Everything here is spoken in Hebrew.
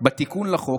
בתיקון לחוק,